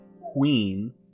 queen